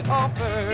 offer